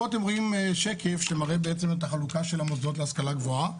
פה אתם רואים שקף שמראה בעצם את החלוקה של המוסדות להשכלה גבוהה.